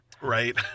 Right